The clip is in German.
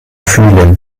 fühlen